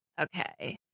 Okay